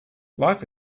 life